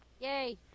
Yay